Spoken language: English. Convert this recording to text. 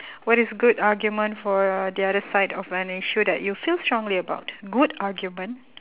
what is good argument for the other side of an issue that you feel strongly about good argument